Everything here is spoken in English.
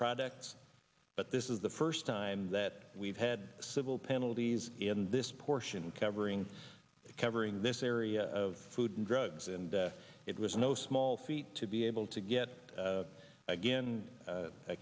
products but this is the first time that we've had civil penalties in this portion covering covering this area of food and drugs and it was no small feat to be able to get again